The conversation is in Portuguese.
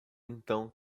então